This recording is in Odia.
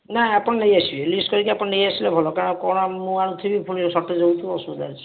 ନା ଆପଣ ନେଇ ଆସିବେ ଲିଷ୍ଟ୍ କରିକି ଆପଣ ନେଇ ଆସିଲେ ଭଲ କାରଣ କ'ଣ ମୁଁ ଆଣୁଥିବି ପୁଣି ସର୍ଟେଜ୍ ହେଉଥିବ ଅସୁବିଧା ଅଛି